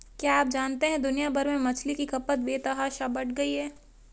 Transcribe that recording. क्या आप जानते है दुनिया भर में मछली की खपत बेतहाशा बढ़ गयी है?